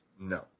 No